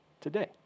today